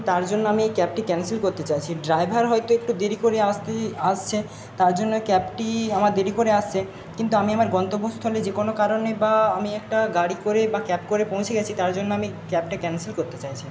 তার জন্য আমি এই ক্যাবটি ক্যান্সেল করতে চাইছি ড্রাইভার হয়তো একটু দেরি করে আসতে আসছে তার জন্য ক্যাবটি আমার দেরি করে আসছে কিন্তু আমি আমার গন্তব্যস্থলে যে কোনো কারণে বা আমি একটা গাড়ি করে বা ক্যাব করে পৌঁছে গেছি তার জন্য আমি ক্যাবটা ক্যান্সেল করতে চাইছি